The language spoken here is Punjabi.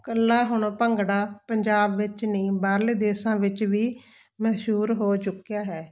ਇਕੱਲਾ ਹੁਣ ਭੰਗੜਾ ਪੰਜਾਬ ਵਿੱਚ ਨਹੀਂ ਬਾਹਰਲੇ ਦੇਸ਼ਾਂ ਵਿੱਚ ਵੀ ਮਸ਼ਹੂਰ ਹੋ ਚੁੱਕਿਆ ਹੈ